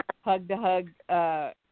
hug-to-hug